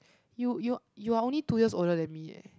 you you you are only two years older than me leh